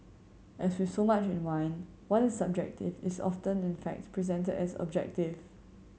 as with so much in wine what is subjective is often in fact presented as objective